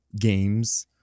games